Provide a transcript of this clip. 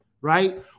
right